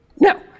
Now